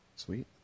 Sweet